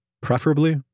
preferably